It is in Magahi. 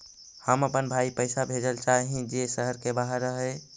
हम अपन भाई पैसा भेजल चाह हीं जे शहर के बाहर रह हे